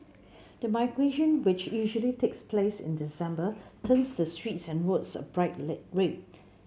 the migration which usually takes place in December turns the streets and roads a bright red